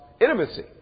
intimacy